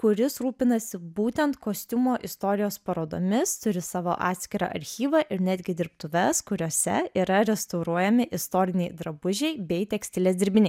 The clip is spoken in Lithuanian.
kuris rūpinasi būtent kostiumo istorijos parodomis turi savo atskirą archyvą ir netgi dirbtuves kuriose yra restauruojami istoriniai drabužiai bei tekstilės dirbiniai